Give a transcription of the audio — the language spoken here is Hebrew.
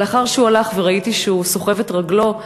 אבל לאחר שהוא הלך וראיתי שהוא סוחב את רגלו,